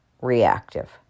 reactive